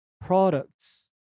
products